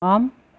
ஆம்